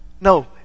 No